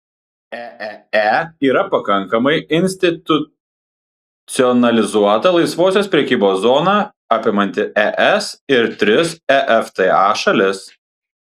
eee yra pakankamai institucionalizuota laisvosios prekybos zona apimanti es ir tris efta šalis